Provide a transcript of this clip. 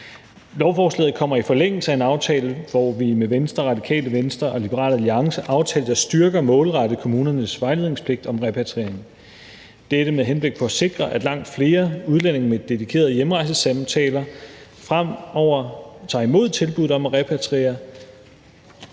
Lovforslaget kommer i forlængelse af en aftale, hvor vi med Venstre, Radikale Venstre og Liberal Alliance aftalte at styrke og målrette kommunernes vejledningspligt om repatriering – dette med henblik på at sikre, at langt flere udlændinge gennem dedikerede hjemrejsesamtaler fremover tager imod tilbuddet om at repatriere.